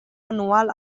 anual